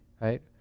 right